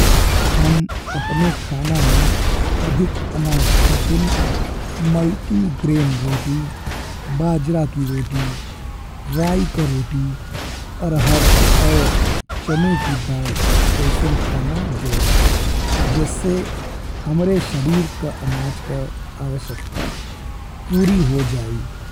हम अपने खाना में अधिक अनाज खातिर मल्टी ग्रेन रोटी, बाजरा की रोटी, राई का रोटी, अरहर और चने की दाल जइसन खाना जोड़ब। जी से हमरे शरीर का अनाज का आवश्यकता पूरी हो जाई।